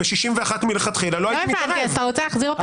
ב-1953 שינו את השיטה בגלל הפגמים.